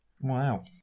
Wow